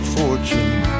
fortune